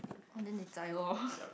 oh then they die lor